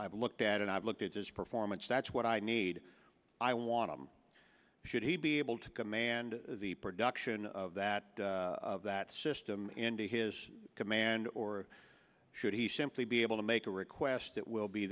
have looked at and i've looked at his performance that's what i need i want to should he be able to command the production of that that system and to his command or should he simply be able to make a request that will be